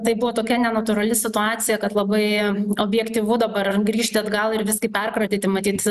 tai buvo tokia nenatūrali situacija kad labai objektyvu dabar grįžti atgal ir viskai perkratyti matyt